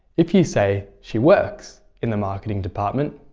if you say, she works in the marketing department,